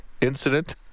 Incident